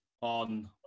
on